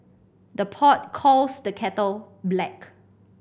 the pot calls the kettle black